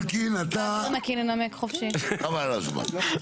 אלקין, אתה חבל על הזמן.